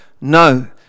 No